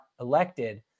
elected